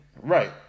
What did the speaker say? Right